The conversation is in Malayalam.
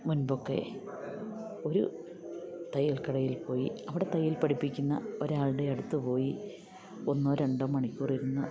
മുൻമ്പൊക്കെ ഒരു തയ്യൽക്കടയിൽ പോയി അവിടെ തയ്യൽ പഠിപ്പിക്കുന്ന ഒരാളുടെ അടുത്ത് പോയി ഒന്നോ രണ്ടോ മണിക്കൂർ ഇരുന്ന്